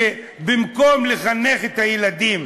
שבמקום לחנך את הילדים